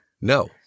No